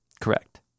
Correct